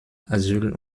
asyl